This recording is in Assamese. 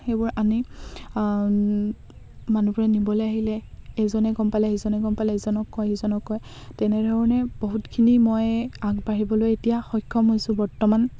সেইবোৰ আনি মানুহবোৰে নিবলৈ আহিলে এজনে গম পালে সিজনে গম পালে এজনক কয় সিজনক কয় তেনেধৰণে বহুতখিনি মই আগবাঢ়িবলৈ এতিয়া সক্ষম হৈছো বৰ্তমান